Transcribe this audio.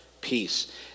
peace